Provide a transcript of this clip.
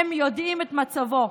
הם יודעים את מצבו.